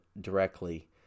directly